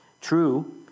True